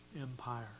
empire